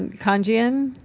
congian?